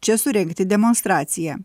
čia surengti demonstraciją